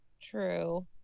True